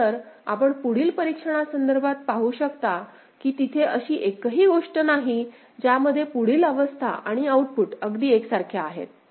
त्यानंतर आपण पुढील परीक्षणासंदर्भात पाहू शकता की तिथे अशी एकही गोष्ट नाही ज्यामध्ये पुढील अवस्था आणि आउटपुट अगदी एकसारखे आहेत